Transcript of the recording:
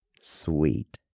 Sweet